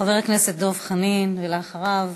חבר הכנסת דב חנין, ואחריו,